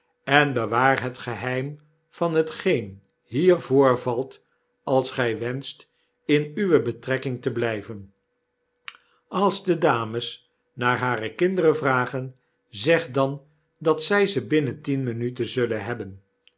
en bewaar het geheim van hetgeen hier voorvalt als gij wenscht in uwe betrekking te blyven als de dames naar hare kinderen vragen zeg dan dat zjj ze binnen tien minuten zullen hebben